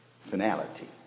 finality